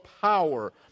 power